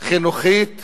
חינוכית